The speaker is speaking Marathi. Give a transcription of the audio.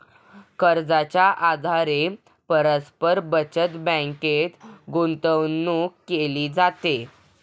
कर्जाच्या आधारे परस्पर बचत बँकेत गुंतवणूक केली जाते